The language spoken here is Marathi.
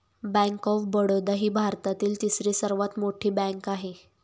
बँक ऑफ बडोदा ही भारतातील तिसरी सर्वात मोठी बँक आहे